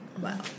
Wow